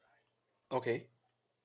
okay